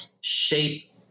shape